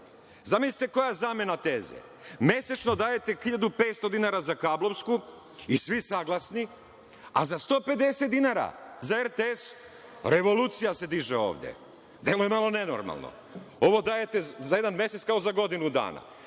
Zamislite koja je zamena teze, mesečno dajete 1500 dinara za kablovsku i svi saglasni, a za 150 dinara za RTS revolucija se diže ovde. Deluje malo nenormalno. Ovo dajete za jedan mesec kao za godinu dana.